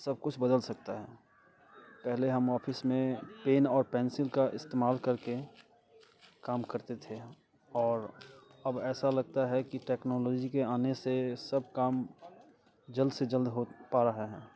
सब कुछ बदल सकता है पहले हम ऑफ़िस में पेन और पैंसिल का इस्तेमाल करके काम करते थे और अब ऐसा लगता है कि टेक्नॉलोजी के आने से सब काम जल्द से जल्द हो पा रहे हैं